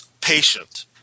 patient